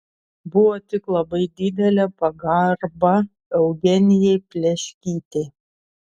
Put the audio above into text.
buvo tik labai didelė pagarba eugenijai pleškytei